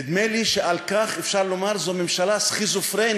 נדמה לי שעל כך אפשר לומר, זו ממשלה סכיזופרנית,